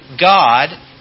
God